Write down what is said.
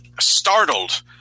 startled